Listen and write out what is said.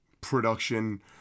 production